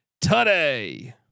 today